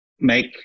make